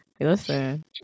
listen